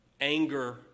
anger